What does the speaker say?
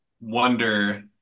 wonder